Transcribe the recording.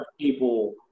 people